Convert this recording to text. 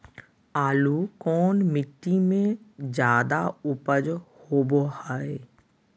आलू कौन मिट्टी में जादा ऊपज होबो हाय?